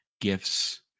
gifts